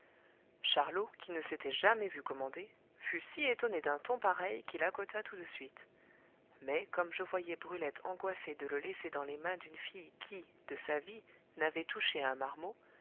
charlot qui ne s'était jamais vu commander fut si étonné d'un ton pareil qu'il accota tout de suite mais comme je voyais brulette angoissée de le laisser dans les mains d'une fille qui de sa vie n'avait touché un marmot